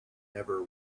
never